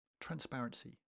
Transparency